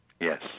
Yes